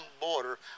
border